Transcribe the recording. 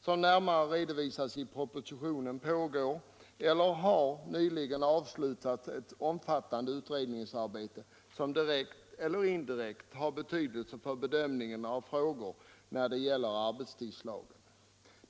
Som närmare redovisas i propositionen pågår, eller har nyligen avslutats, ett omfattande utredningsarbete som direkt eller indirekt har betydelse för bedömningen av frågor när det gäller arbetstidslagen.